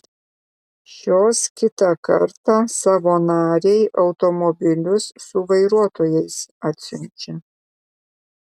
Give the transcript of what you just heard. šios kitą kartą savo narei automobilius su vairuotojais atsiunčia